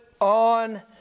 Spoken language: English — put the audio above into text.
on